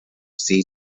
seed